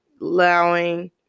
allowing